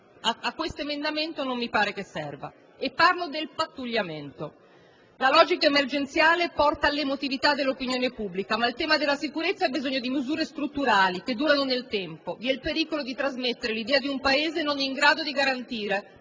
questo emendamento non mi pare serva. E parlo del pattugliamento. La logica emergenziale porta all'emotività dell'opinione pubblica, ma il tema della sicurezza ha bisogno di misure strutturali, che durano nel tempo. Vi è il pericolo di trasmettere l'idea di un Paese non in grado di garantire,